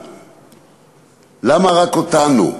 למה רק אותנו,